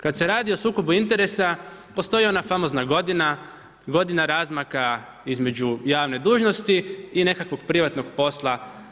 Kad se radi o sukobu interesa, postoji ona famozna godina, godina razmaka između javne dužnosti i nekakvog privatnog posla.